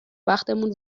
بختمون